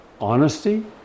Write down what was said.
honesty